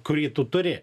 kurį tu turi